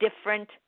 different